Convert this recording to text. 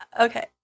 Okay